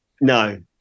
No